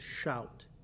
shout